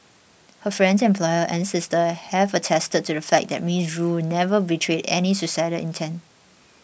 her friends employer and sister have attested to the fact that Miss Rue never betrayed any suicidal intent